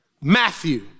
Matthew